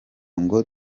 ngo